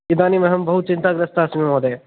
इदानीम् अहं बहु चिन्ताग्रस्ता अस्मि महोदय